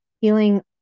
healing